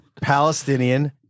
Palestinian